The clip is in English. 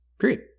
Period